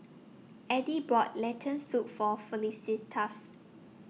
Addie bought Lentil Soup For Felicitas